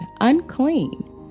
unclean